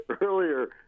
earlier